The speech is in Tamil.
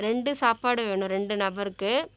ரெண்டு சாப்பாடு வேணும் ரெண்டு நபருக்கு